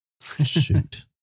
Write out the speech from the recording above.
Shoot